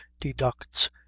deducts